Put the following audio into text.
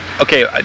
okay